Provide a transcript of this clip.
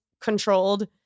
controlled